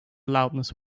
loudness